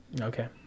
Okay